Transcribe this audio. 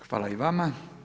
Hvala i vama.